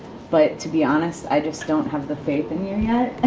but to be honest, i just don't have the faith in you yet